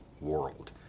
world